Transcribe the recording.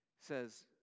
says